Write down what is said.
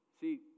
see